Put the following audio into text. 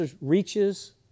reaches